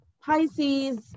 Pisces